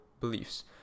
beliefs